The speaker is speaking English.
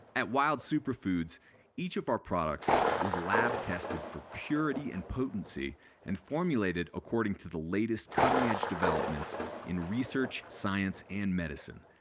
at wild superfoods each of our products is lab-tested for purity and potency and formulated according to the latest cutting-edge developments in research, science and medicine.